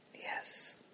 Yes